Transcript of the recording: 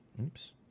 Oops